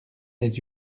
les